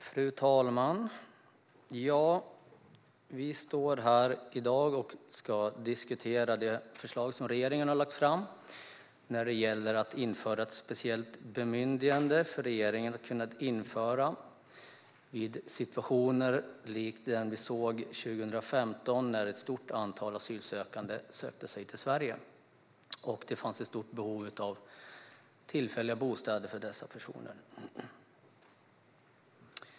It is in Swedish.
Fru talman! Vi står här i dag och ska diskutera det förslag som regeringen har lagt fram om att införa ett speciellt bemyndigande för regeringen att kunna tillämpa vid situationer som den vi såg 2015, när ett stort antal asylsökande sökte sig till Sverige och det fanns ett stort behov av tillfälliga bostäder för dessa personer.